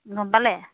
গম পালে